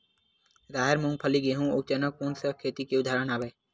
राहेर, मूंगफली, गेहूं, अउ चना कोन सा खेती के उदाहरण आवे?